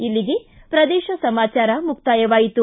ಇಲ್ಲಿಗೆ ಪ್ರದೇಶ ಸಮಾಚಾರ ಮುಕ್ತಾಯವಾಯಿತು